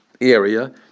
area